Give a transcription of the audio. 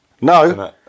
no